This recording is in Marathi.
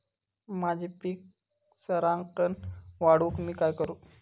माझी पीक सराक्कन वाढूक मी काय करू?